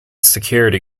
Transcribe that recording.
security